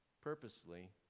Purposely